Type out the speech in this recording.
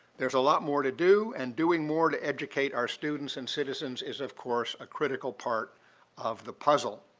there's a lot more to do, and doing more to educate our students and citizens is, of course, a critical part of the puzzle.